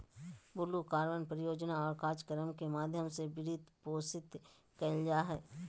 blue carbon परियोजना और कार्यक्रम के माध्यम से वित्तपोषित कइल जा हइ